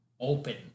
open